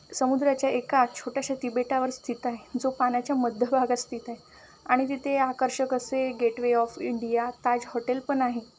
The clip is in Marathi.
समुद्राच्या एका छोट्याशा तिबेटावर स्थित आहे जो पाण्याच्या मध्यभागात स्थित आहे आणि तिथे आकर्षक असे Gateway of India Taj hotel पण आहे